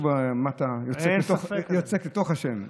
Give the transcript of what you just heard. מה אתה יוצק לתוך השם,